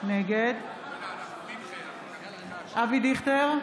נגד אבי דיכטר,